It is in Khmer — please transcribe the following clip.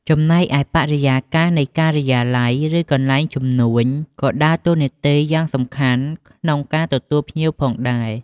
ចំណែកឯ បរិយាកាសនៃការិយាល័យ ឬកន្លែងជំនួយក៏ដើរតួនាទីយ៉ាងសំខាន់ក្នុងការទទួលភ្ញៀវផងដែរ។